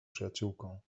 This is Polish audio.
przyjaciółką